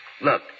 Look